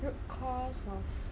root cause of